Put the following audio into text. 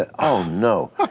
ah oh, no.